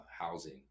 housing